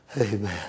Amen